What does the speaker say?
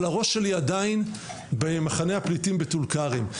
אבל הראש שלי עדיין במחנה הפליטים בטול כרם.